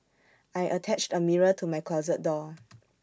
I attached A mirror to my closet door